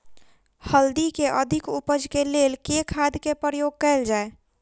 हल्दी केँ अधिक उपज केँ लेल केँ खाद केँ प्रयोग कैल जाय?